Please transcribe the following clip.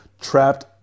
trapped